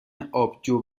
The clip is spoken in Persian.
آبجو